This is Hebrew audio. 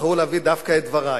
בחרו להביא דווקא את דברי,